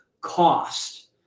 cost